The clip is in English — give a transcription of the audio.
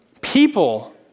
People